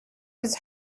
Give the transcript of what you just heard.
his